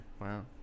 Wow